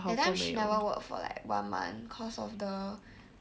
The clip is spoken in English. that time she never work for like one month cause of the